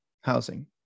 housing